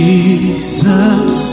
Jesus